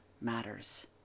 matters